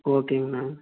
ஓகேங்கண்ணா